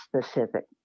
specific